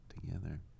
together